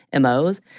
MOs